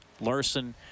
Larson